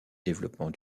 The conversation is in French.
développement